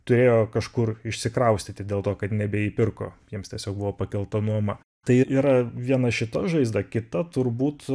turėjo kažkur išsikraustyti dėl to kad nebeįpirko jiems tiesiog buvo pakelta nuoma tai yra viena šita žaizda kita turbūt